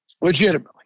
Legitimately